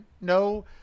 No